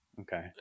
okay